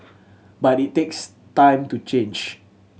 but it takes time to change